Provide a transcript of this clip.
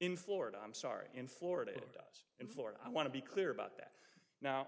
in florida i'm sorry in florida it does in florida i want to be clear about that now